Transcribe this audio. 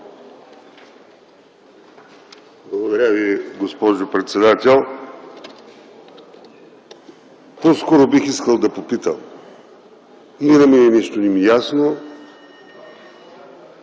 Благодаря Ви, госпожо председател. По-скоро бих искал да попитам – или на мен нещо не ми